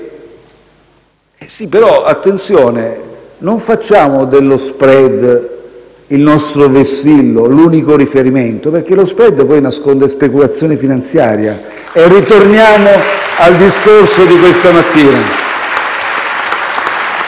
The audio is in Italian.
però a non fare dello *spread* il nostro vessillo, l'unico riferimento, perché lo *spread* nasconde speculazione finanziaria e torniamo al discorso di questa mattina *(Applausi